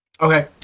Okay